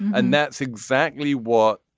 and that's exactly what.